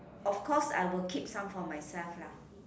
of course I will keep some for myself lah